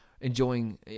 enjoying